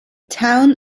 town